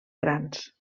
grans